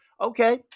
Okay